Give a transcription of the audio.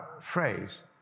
phrase